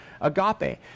agape